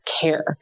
care